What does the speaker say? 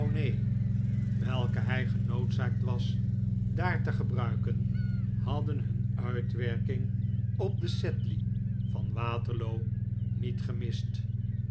welke hij genoodzaakt was daar te gebruiken hadden hun uitwerking op den sedley van waterloo niet gemist